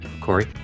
Corey